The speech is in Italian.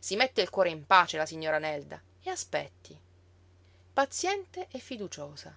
si metta il cuore in pace la signora nelda e aspetti paziente e fiduciosa